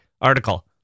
article